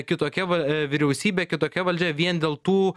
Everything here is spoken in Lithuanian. kitokia va vyriausybė kitokia valdžia vien dėl tų